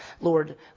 Lord